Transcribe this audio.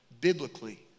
Biblically